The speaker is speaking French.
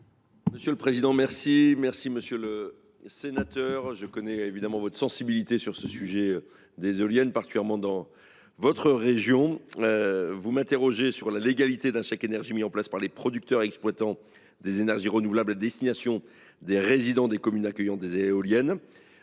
M. le ministre délégué. Monsieur le sénateur, je connais votre sensibilité sur le sujet des éoliennes, particulièrement dans votre région. Vous m’interrogez sur la légalité d’un chèque énergie mis en place par les producteurs et exploitants des énergies renouvelables à destination des résidents des communes accueillant des éoliennes.